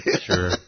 sure